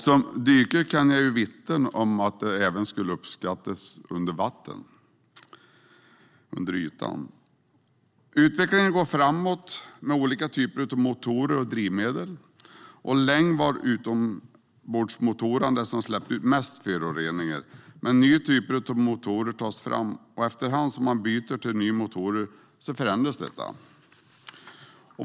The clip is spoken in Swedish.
Som dykare kan jag vittna om att det även skulle uppskattas under ytan. Utvecklingen går framåt med olika typer av motorer och drivmedel. Länge var utombordsmotorerna de som släppte ut mest föroreningar. Men nya typer av motorer tas fram, och efter hand som man byter till nya motorer förändras detta.